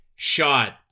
shot